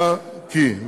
ועדת העבודה,